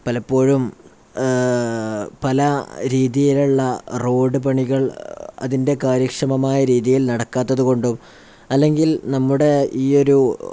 പലപ്പോഴും പല രീതിയിലുള്ള റോഡ് പണികൾ അതിൻ്റെ കാര്യക്ഷമമായ രീതിയിൽ നടക്കാത്തതുകൊണ്ടും അല്ലെങ്കിൽ നമ്മുടെ ഈ ഒരു